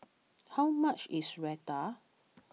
how much is Raita